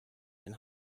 and